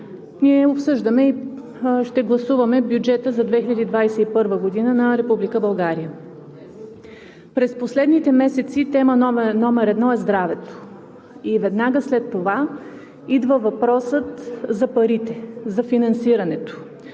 ние обсъждаме и ще гласуваме бюджета за 2021 г. на Република България. През последните месеци тема номер едно е здравето и веднага след това идва въпросът за парите, за финансирането